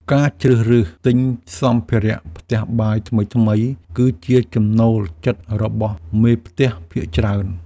ការជ្រើសរើសទិញសម្ភារៈផ្ទះបាយថ្មីៗ គឺជាចំណូលចិត្តរបស់មេផ្ទះភាគច្រើន។